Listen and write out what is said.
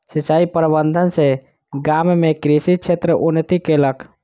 सिचाई प्रबंधन सॅ गाम में कृषि क्षेत्र उन्नति केलक